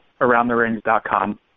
aroundtherings.com